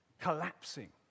collapsing